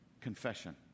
Confession